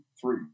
three